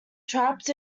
trapped